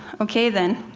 ok then.